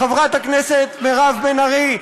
חברת הכנסת מירב בן ארי,